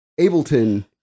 Ableton